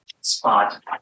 spot